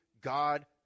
God